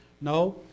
No